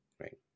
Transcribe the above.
right